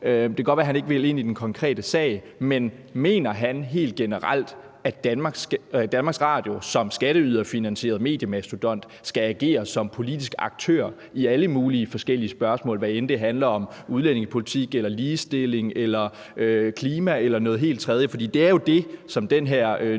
Det kan godt være, at han ikke vil i den konkrete sag, men mener han helt generelt, at DR som skatteyderfinansieret mediemastodont skal agere som politisk aktør i alle mulige forskellige spørgsmål, hvad end det handler om udlændingepolitik, ligestilling, klima eller noget helt fjerde? Det er jo det, som den her nye